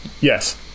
Yes